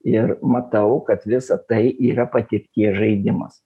ir matau kad visa tai yra patekties žaidimas